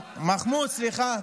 מחמוד, סליחה.